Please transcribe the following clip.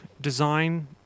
design